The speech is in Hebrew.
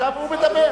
עכשיו הוא מדבר.